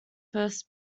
first